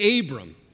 Abram